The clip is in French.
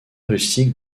rustique